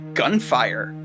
gunfire